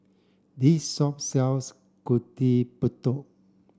this shop sells Gudeg Putih